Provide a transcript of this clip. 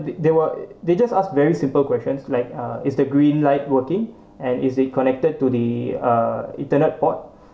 they they were they just ask very simple questions like uh is the green light working and is it connected to the uh ethernet port